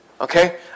Okay